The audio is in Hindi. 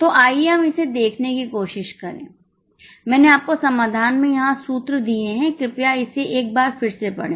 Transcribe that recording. तो आइए हम इसे देखने की कोशिश करें मैंने आपको समाधान में यहां सूत्र दिए हैं कृपया इसे एक बार फिर से पढ़ें